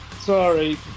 Sorry